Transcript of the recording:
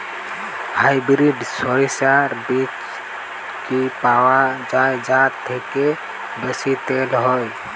Hybrid শরিষা বীজ কি পাওয়া য়ায় যা থেকে বেশি তেল হয়?